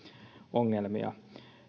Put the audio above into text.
ongelmia